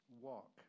walk